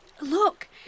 look